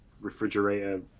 refrigerator